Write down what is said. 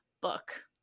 book